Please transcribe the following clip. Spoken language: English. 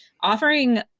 offering